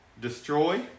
destroy